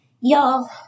Y'all